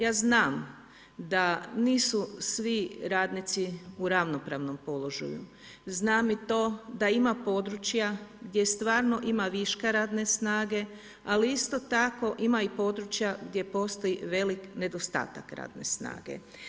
Ja znam da nisu svi radnici u ravnopravnom položaju, znam i to da ima područja gdje stvarno ima viška radne snage, ali isto tako ima i područja gdje postoji velik nedostatak radne snage.